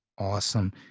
Awesome